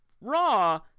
raw